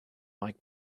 mike